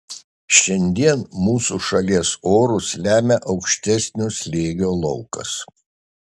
šiandien mūsų šalies orus lemia aukštesnio slėgio laukas